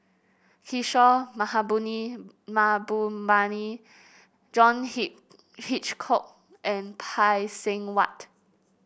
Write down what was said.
Kishore Mahbubani John Hitchcock and Phay Seng Whatt